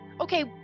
Okay